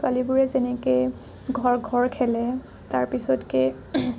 ছোৱালীবোৰে যেনেকৈ ঘৰ ঘৰ খেলে তাৰ পিছতকে